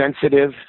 sensitive